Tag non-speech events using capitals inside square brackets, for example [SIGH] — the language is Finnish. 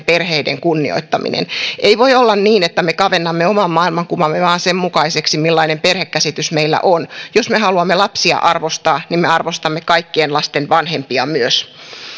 [UNINTELLIGIBLE] perheiden kunnioittaminen ei voi olla niin että me kavennamme oman maailmankuvamme vain sen mukaiseksi millainen perhekäsitys meillä on jos me haluamme lapsia arvostaa niin me arvostamme kaikkien lasten vanhempia myös